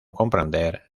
comprender